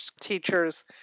teachers